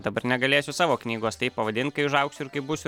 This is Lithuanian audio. dabar negalėsiu savo knygos taip pavadint kai užaugsiu ir kai būsiu